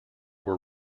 were